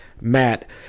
Matt